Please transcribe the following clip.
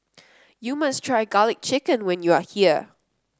you must try garlic chicken when you are here